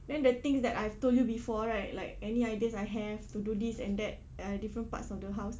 then the things that I've told you before right like any ideas I have to do this and that uh different parts of the house